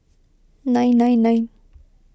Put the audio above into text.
nine nine nine